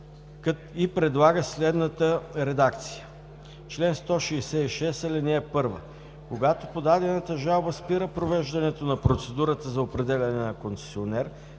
и предлага следната редакция на чл. 166: „Чл. 166. (1) Когато подадената жалба спира провеждането на процедурата за определяне на концесионер,